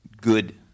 good